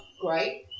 great